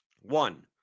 One